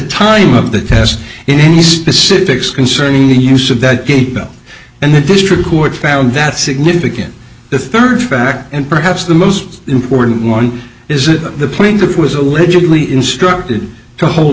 time of the test in any specifics concerning the use of that people and the district court found that significant the third factor and perhaps the most important one is it the plaintiff was allegedly instructed to hold